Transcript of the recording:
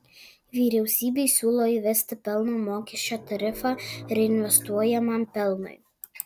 vyriausybei siūlo įvesti pelno mokesčio tarifą reinvestuojamam pelnui